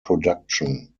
production